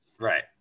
right